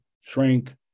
shrink